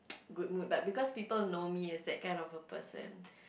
good mood but because people know me as that kind of a person